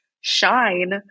shine